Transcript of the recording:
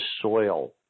soil